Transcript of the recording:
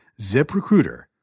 ZipRecruiter